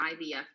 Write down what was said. IVF